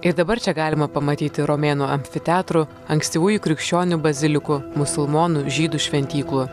ir dabar čia galima pamatyti romėnų amfiteatrų ankstyvųjų krikščionių bazilikų musulmonų žydų šventyklų